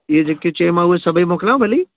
इहा जेके चईमांव सभई मोकिलियां भली